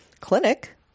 clinic